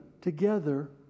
together